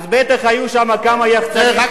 אז בטח היו שם כמה יחצנים שעשו,